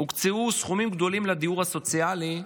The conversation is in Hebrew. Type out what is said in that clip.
שהוקצו סכומים גדולים לדיור הסוציאלי,